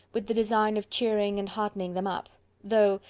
with the design of cheering and heartening them up though,